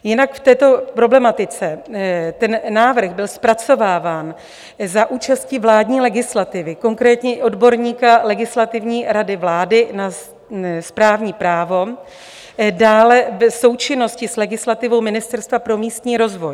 Jinak k této problematice: návrh byl zpracováván za účasti vládní legislativy, konkrétně i odborníka Legislativní rady vlády na správní právo, dále v součinnosti s legislativou Ministerstva pro místní rozvoj.